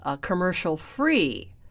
commercial-free